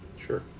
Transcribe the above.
Sure